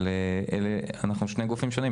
אבל אנחנו שני גופים שונים.